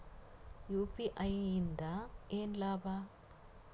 UPI ಇಂದ ಏನ್ ಲಾಭ?